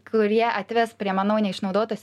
kurie atves prie manau neišnaudotos